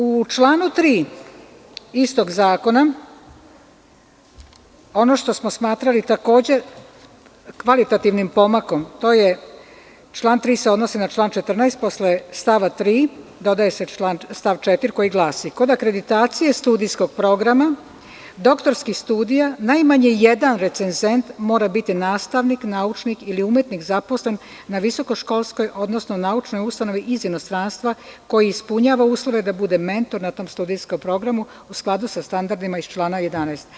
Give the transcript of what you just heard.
U članu 3. istog zakona, ono što smo smatrali kvalitativnim pomakom, to je, član 3. se odnosi na član 14. posle stava 3. dodaje se stav 4, koji glasi – kod akreditacije studijskog programa, doktorskih studija najmanje jedan recenzent mora biti nastavnik, naučnik ili umetnik zaposlen na visokoškolskoj, odnosno naučnoj ustanovi iz inostranstva koji ispunjava uslove da bude mentor na tom studijskom programu u skladu sa standardima iz člana 11.